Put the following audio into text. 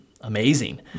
amazing